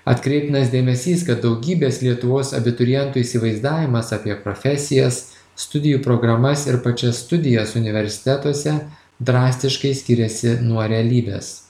atkreiptinas dėmesys kad daugybės lietuvos abiturientų įsivaizdavimas apie profesijas studijų programas ir pačias studijas universitetuose drastiškai skiriasi nuo realybės